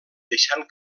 deixant